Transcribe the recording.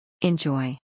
Enjoy